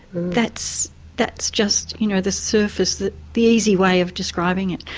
that's that's just you know the surface, the the easy way of describing it.